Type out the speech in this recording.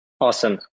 Awesome